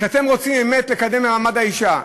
ואתם רוצים באמת לקדם את מעמד האישה,